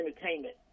entertainment